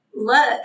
look